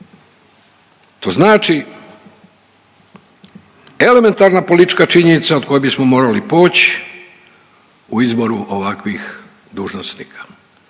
To znači elementarna politička činjenica od koje bismo morali poći u izboru ovakvih dužnosnika.